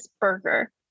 burger